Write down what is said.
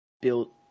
built